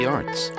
Arts